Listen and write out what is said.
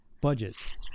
budgets